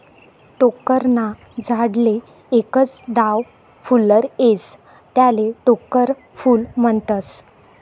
टोक्कर ना झाडले एकच दाव फुल्लर येस त्याले टोक्कर फूल म्हनतस